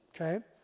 okay